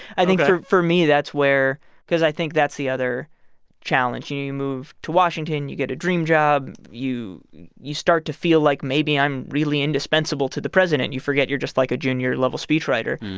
i think for for me that's where because i think that's the other challenge. you you move to washington, you get a dream job, you you start to feel like maybe i'm really indispensable to the president. you forget you're just, like, a junior-level speechwriter.